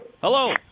Hello